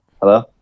Hello